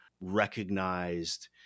recognized